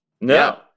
no